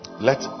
Let